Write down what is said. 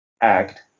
act